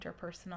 interpersonal